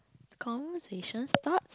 conversation starts